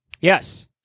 Yes